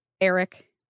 Eric